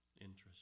interest